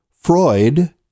Freud